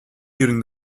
during